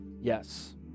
yes